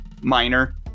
minor